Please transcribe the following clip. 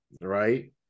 right